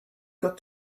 got